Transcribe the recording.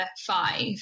five